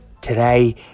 today